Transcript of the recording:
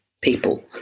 people